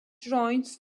joins